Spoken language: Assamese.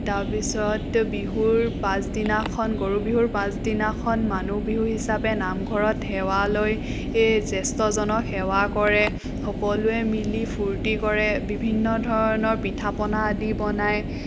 তাৰপিছত বিহুৰ পাছদিনাখন গৰু বিহুৰ পাছদিনাখন মানুহ বিহু হিচাপে নামঘৰত সেৱা লৈ এই জ্যেষ্ঠজনক সেৱা কৰে সকলোৱে মিলি ফূৰ্তি কৰে বিভিন্ন ধৰণৰ পিঠা পনা আদি বনায়